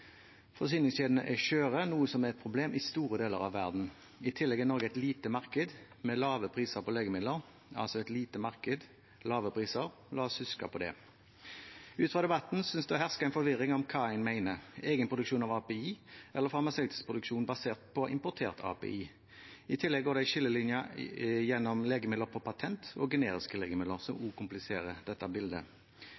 Forsyningskjedene er skjøre, noe som er et problem i store deler av verden. I tillegg er Norge et lite marked med lave priser på legemidler – et lite marked med lave priser – la oss huske på det. I debatten synes det å herske en forvirring om hva en mener – egenproduksjon av API eller farmasøytisk produksjon basert på importert API. I tillegg går det en skillelinje mellom legemidler for patent og generiske legemidler, som